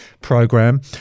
program